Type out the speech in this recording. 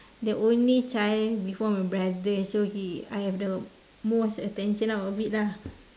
the only child before my brother so he I have the most attention out of it lah